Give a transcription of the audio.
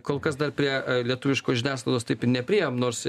kol kas dar prie lietuviškos žiniasklaidos taip ir nepriėjom nors